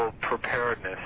preparedness